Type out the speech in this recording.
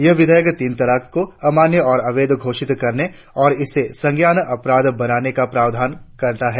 यह विधेयक तीन तलाक को अमाण्य और अवैध घोषित करने और इसे संज्ञेय अपराध बनाने का प्रावधान करता है